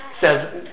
says